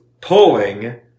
pulling